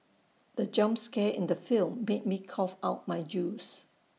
the jump scare in the film made me cough out my juice